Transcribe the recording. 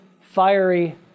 fiery